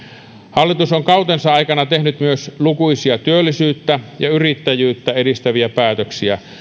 hallitus on kautensa aikana tehnyt myös lukuisia työllisyyttä ja yrittäjyyttä edistäviä päätöksiä